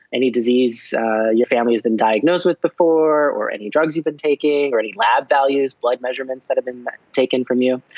any disease your family's been diagnosed with before, or any drugs you've been taking, or any lab values, blood measurements that have been taken from you.